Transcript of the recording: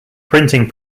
printing